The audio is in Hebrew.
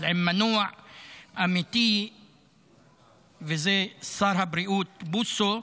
אבל עם מנוע אמיתי שזה שר הבריאות בוסו,